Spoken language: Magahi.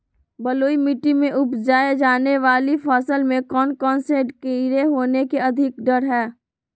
बलुई मिट्टी में उपजाय जाने वाली फसल में कौन कौन से कीड़े होने के अधिक डर हैं?